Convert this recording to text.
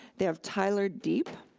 they have tyler diep,